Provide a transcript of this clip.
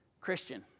Christian